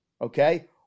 okay